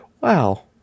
wow